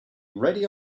ready